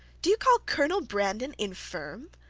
do you call colonel brandon infirm?